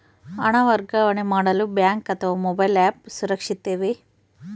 ಹಣ ವರ್ಗಾವಣೆ ಮಾಡಲು ಬ್ಯಾಂಕ್ ಅಥವಾ ಮೋಬೈಲ್ ಆ್ಯಪ್ ಸುರಕ್ಷಿತವೋ?